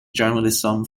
journalism